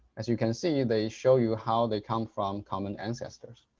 as you can see, they show you how they come from common ancestors.